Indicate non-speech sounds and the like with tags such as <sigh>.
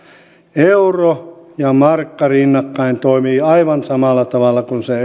euro ja markka rinnakkain toimivat aivan samalla tavalla kuin se <unintelligible>